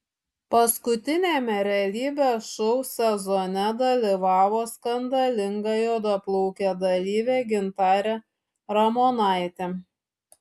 paskutiniame realybės šou sezone dalyvavo skandalinga juodaplaukė dalyvė gintarė ramonaitė